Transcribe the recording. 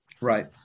Right